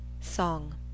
Song